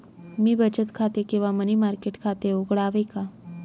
मी बचत खाते किंवा मनी मार्केट खाते उघडावे का?